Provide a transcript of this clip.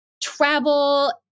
travel